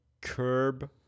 curb